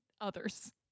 Others